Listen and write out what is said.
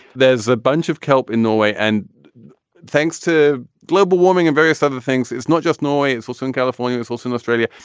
there's a bunch of kelp in norway. and thanks to global warming and various other things, it's not just noise. also in california, it's also in australia,